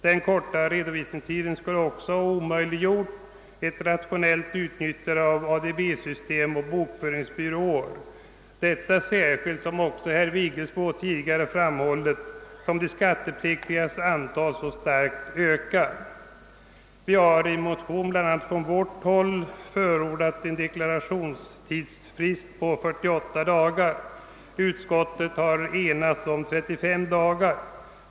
Den korta redovisningstiden skulle också ha omöjliggjort ett rationellt utnyttjande av ADB-system och bokföringsbyråer, detta särskilt — vilket herr Vigelsbo redan har framhållit — som de skattepliktigas antal så starkt ökar. Vi har i motion bl.a. från vårt håll förordat en deklarationstidsfrist på 48 dagar. Utskottets ledamöter har enats om 35 dagar.